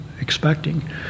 expecting